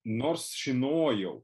nors žinojau